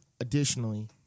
additionally